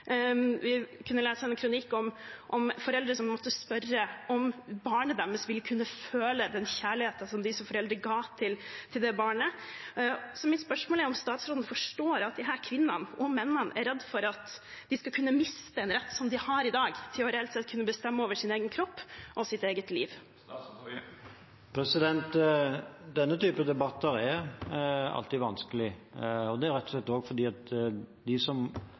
Vi kunne lese en kronikk om foreldre som måtte spørre om barnet deres ville kunne føle den kjærligheten som de som foreldre ga til det barnet. Så mitt spørsmål er om statsråden forstår at disse kvinnene – og mennene – er redde for at de skal kunne miste en rett som de har i dag, til reelt sett å kunne bestemme over sin egen kropp og sitt eget liv. Denne typen debatter er alltid vanskelig, rett og slett også fordi de som